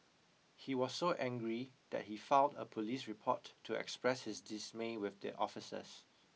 he was so angry that he filed a police report to express his dismay with the officers